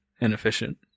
inefficient